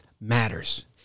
matters